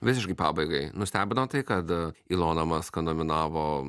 visiškai pabaigai nustebino tai kad iloną maską nominavo